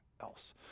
else